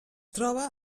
troba